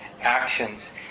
actions